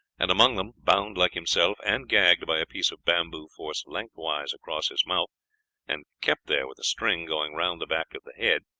and among them, bound like himself and gagged by a piece of bamboo forced lengthways across his mouth and kept there with a string going round the back of the head,